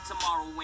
Tomorrow